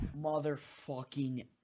Motherfucking